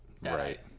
right